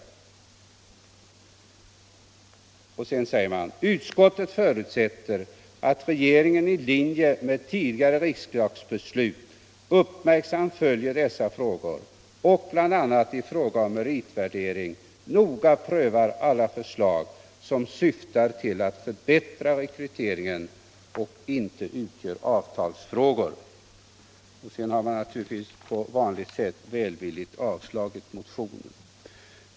Sedan uttalar utskottet: ”Utskottet förutsätter att regeringen i linje med tidigare riksdagsbeslut —-—-- uppmärksamt följer dessa frågor och bl.a. i fråga om meritvärdering noga prövar alla förslag som syftar till att förbättra rekryteringen och inte utgör avtalsfrågor.” Efter att ha gjort dessa uttalanden avstyrker utskottet naturligtvis på vanligt sätt välvilligt motionen.